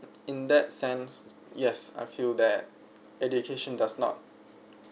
in that sense yes I feel that education does not